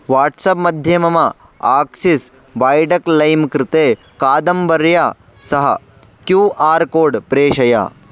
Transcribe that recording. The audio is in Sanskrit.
वाट्सप् मध्ये मम आक्सिस् बैडक् लैं कृते कादम्बर्या सह क्यू आर् कोड् प्रेषय